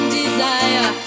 desire